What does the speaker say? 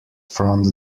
front